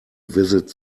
visit